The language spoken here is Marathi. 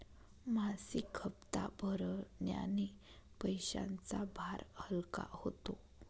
मासिक हप्ता भरण्याने पैशांचा भार हलका होतो